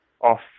off